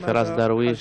פיראס דרויש,